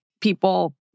people